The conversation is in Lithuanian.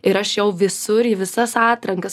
ir aš jau visur į visas atrankas